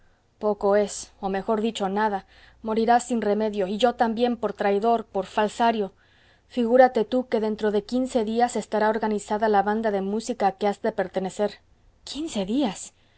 poco es o mejor dicho nada morirás sin remedio y yo también por traidor por falsario figúrate tú que dentro de quince días estará organizada la banda de música a que has de pertenecer quince días